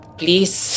please